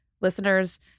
listeners